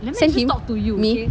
send him me